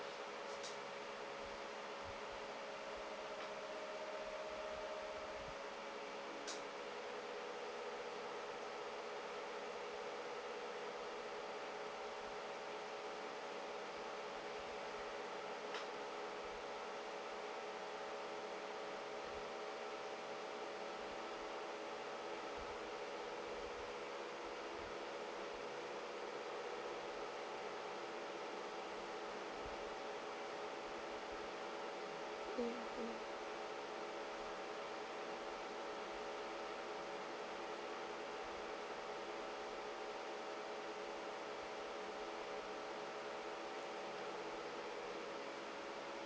mm mm